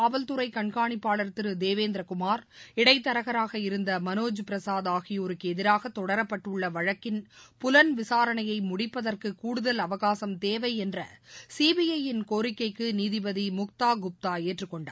காவல்துறைகண்காணிப்பாளர் அஸ்தானா திருதேவேந்திரகுமார் இடைத்தரகராக திரு இருந்தமனோஜ்பிரசாத் ஆகியோருக்குஎதிராகதொடரப்பட்டுள்ளவழக்கின் புலன் விசாரணையமுடிப்பதற்குகூடுதல் அவகாசம் தேவைஎன்றசிபிஐ யின் கோரிக்கைக்குநீதிபதிமுக்தாகுப்தாஏற்றுக் கொண்டார்